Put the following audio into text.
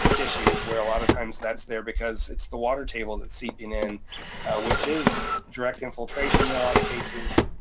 issues where a lot of times that's there because it's the water table that's seeping in which is direct infiltration in a lot of cases,